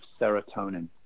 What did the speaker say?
serotonin